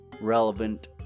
relevant